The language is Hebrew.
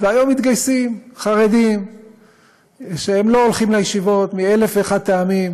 והיום מתגייסים חרדים שלא הולכים לישיבות מאלף ואחד טעמים.